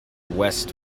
west